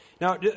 Now